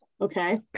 okay